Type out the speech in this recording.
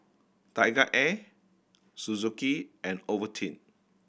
TigerAir Suzuki and Ovaltine